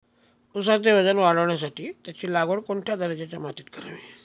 ऊसाचे वजन वाढवण्यासाठी त्याची लागवड कोणत्या दर्जाच्या मातीत करावी?